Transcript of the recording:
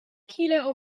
kilo